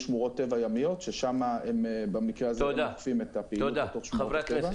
יש שמורות טבע ימיות ששם הם אוכפים את הפעילות בתוך שמורות הטבע.